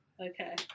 Okay